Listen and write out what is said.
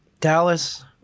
Dallas